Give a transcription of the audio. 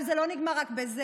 אבל זה לא נגמר רק בזה,